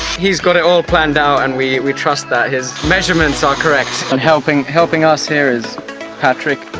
he has got it all planned out and we we trust that his measurements are correct! and helping helping us here is patrik